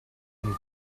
and